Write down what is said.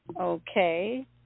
Okay